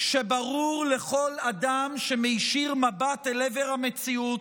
שברור לכל אדם שמישיר מבט אל עבר המציאות,